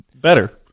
Better